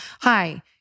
hi